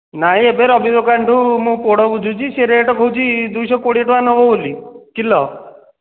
ନାଇ ଏବେ ମୁଁ ରବି ଦୋକାନ ଠୁ ମୁଁ ପୋଡ଼ ବୁଝୁଛି ସେ ରେଟ୍ କହୁଛି ଦୁଇଶହ କୋଡ଼ିଏ ଟଙ୍କା ନେବ ବୋଲି କିଲୋ